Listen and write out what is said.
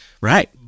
Right